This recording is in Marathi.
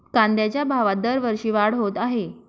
कांद्याच्या भावात दरवर्षी वाढ होत आहे